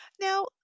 Now